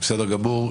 בסדר גמור.